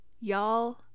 Y'all